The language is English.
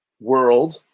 world